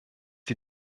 die